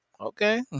okay